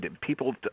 people